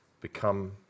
become